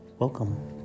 Welcome